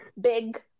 big